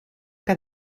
que